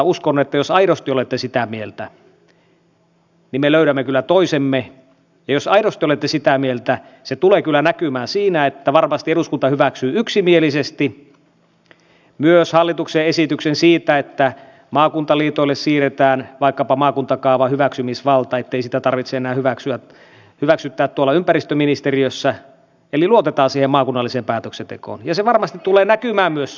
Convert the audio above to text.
uskon että jos aidosti olette sitä mieltä me löydämme kyllä toisemme ja jos aidosti olette sitä mieltä se tulee kyllä näkymään siinä että varmasti eduskunta hyväksyy yksimielisesti myös hallituksen esityksen siitä että maakuntaliitoille siirretään vaikkapa maakuntakaavan hyväksymisvalta ettei sitä tarvitse enää hyväksyttää tuolla ympäristöministeriössä eli luotetaan siihen maakunnalliseen päätöksentekoon